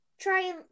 try